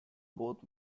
both